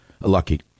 lucky